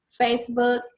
Facebook